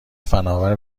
فناور